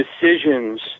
decisions